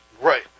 Right